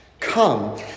Come